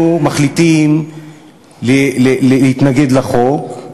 החליטו השרים להתנגד לחוק,